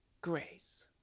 grace